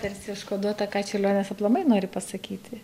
tarsi užkoduota ką čiurlionis aplamai nori pasakyti